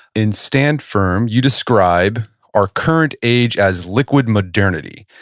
in stand firm, you describe our current age as liquid modernity.